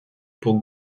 pour